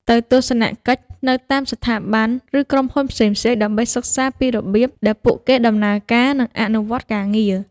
ទៅទស្សនកិច្ចនៅតាមស្ថាប័ន ឬក្រុមហ៊ុនផ្សេងៗ ដើម្បីសិក្សាពីរបៀបដែលពួកគេដំណើរការ និងអនុវត្តការងារ។